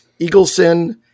Eagleson